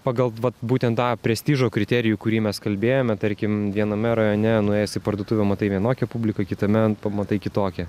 pagal vat būtent tą prestižo kriterijų kurį mes kalbėjome tarkim viename rajone nuėjęs į parduotuvę matai vienokią publiką kitame pamatai kitokią